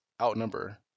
outnumber